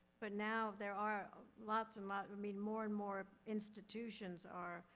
but now, there are lots and lots, i mean, more and more institutions are,